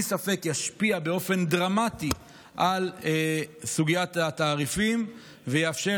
ספק ישפיעו באופן דרמטי על סוגיית התעריפים ויאפשר